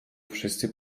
wszyscy